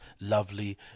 lovely